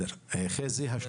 חזי שוורצמן,